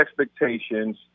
expectations